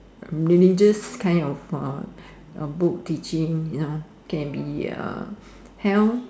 religious kind of uh uh book teaching you know can be uh hell